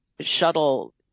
shuttle